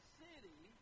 city